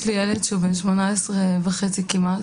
יש לי ילד שהוא בן 18 וחצי כמעט,